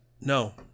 No